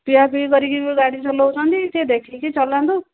ପିଆ ପିଇ କରିକି ଗାଡ଼ି ଚଲାଉଛନ୍ତି ଟିକେ ଦେଖିକି ଚଲାନ୍ତୁ